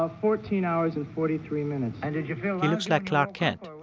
ah fourteen hours and forty three minutes and you know he looks like clark kent.